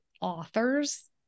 authors